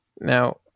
Now